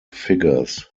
figures